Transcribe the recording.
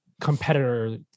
competitor